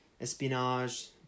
espionage